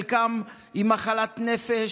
חלקם עם מחלת נפש,